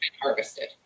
harvested